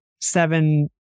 seven